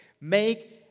make